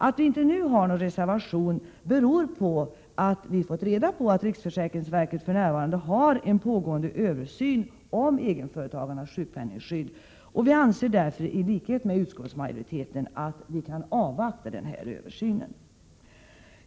Att vi inte nu har någon reservation beror på att vi har fått reda på att det inom riksförsäkringsverket för närvarande pågår en översyn av egenföretagarnas sjukpenningskydd. Vi anser därför — i likhet med utskottsmajoriteten — att denna översyn bör avvaktas.